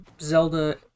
Zelda